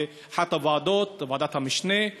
בוועדת המשנה,